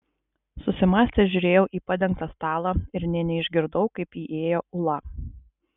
susimąstęs žiūrėjau į padengtą stalą ir nė neišgirdau kaip įėjo ula